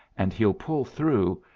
and he'll pull through,